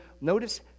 notice